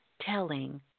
telling